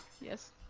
Yes